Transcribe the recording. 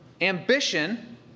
ambition